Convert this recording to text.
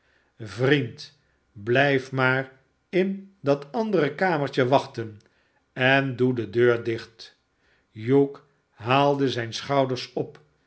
vriend blijf maar in dat andere kamertje wachten en doe de deur dicht hugh haalde zijne schouders op